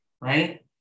right